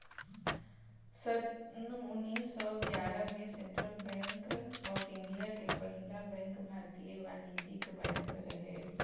सन्न उन्नीस सौ ग्यारह में सेंट्रल बैंक ऑफ़ इंडिया के पहिला बैंक भारतीय वाणिज्यिक बैंक रहे